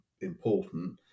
important